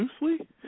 loosely